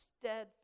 steadfast